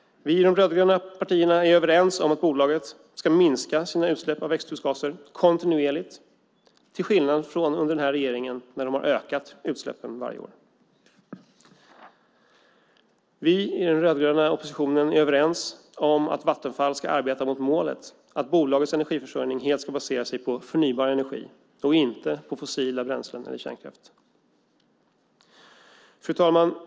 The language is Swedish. Vi i de rödgröna partierna är överens om att bolaget ska minska sina utsläpp av växthusgaser kontinuerligt, till skillnad från under den här regeringens tid när de har ökat utsläppen varje år. Vi i den rödgröna oppositionen är överens om att Vattenfall ska arbeta mot målet att bolagets energiförsörjning helt ska basera sig på förnybar energi och inte på fossila bränslen eller kärnkraft. Fru talman!